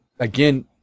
Again